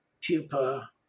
pupa